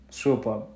super